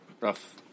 rough